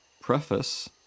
preface